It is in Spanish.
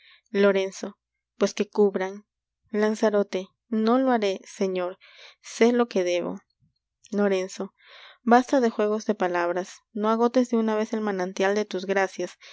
lorenzo pues que cubran lanzarote no lo haré señor sé lo que debo lorenzo basta de juegos de palabras no agotes de una vez el manantial de tus gracias